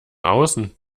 außen